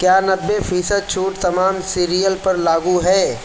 کیا نبے فیصد چُھوٹ تمام سیریئل پر لاگو ہے